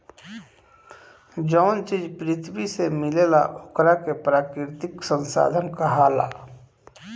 जवन चीज पृथ्वी से मिलेला ओकरा के प्राकृतिक संसाधन कहाला